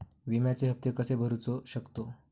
विम्याचे हप्ते कसे भरूचो शकतो?